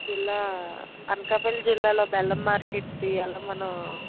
జిల్లా అనకాపల్లి జిల్లాలో బెల్లం మార్కెట్ది ఈవేళ మనము